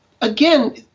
again